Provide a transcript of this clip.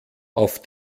auf